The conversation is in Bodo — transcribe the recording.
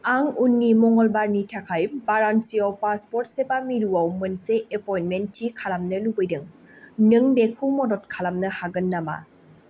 आं उननि मंगलबारनि थाखाय बारान्सियाव पासपर्ट सेबा मिरुआव मोनसे एपइन्टमेन्ट थि खालामनो लुबैदों नों बेखौ मदद खालामनो हागोन नामा